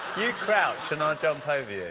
you crouch and i jump over you.